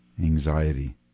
Anxiety